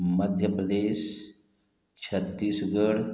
Madhya Pradesh Chhattisgarh